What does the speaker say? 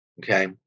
okay